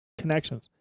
connections